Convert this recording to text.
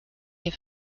hier